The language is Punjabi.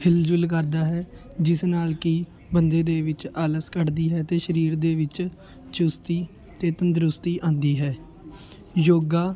ਹਿਲ ਜੁਲ ਕਰਦਾ ਹੈ ਜਿਸ ਨਾਲ ਕਿ ਬੰਦੇ ਦੇ ਵਿੱਚ ਆਲਸ ਘੱਟਦੀ ਹੈ ਅਤੇ ਸਰੀਰ ਦੇ ਵਿੱਚ ਚੁਸਤੀ ਅਤੇ ਤੰਦਰੁਸਤੀ ਆਉਂਦੀ ਹੈ ਯੋਗਾ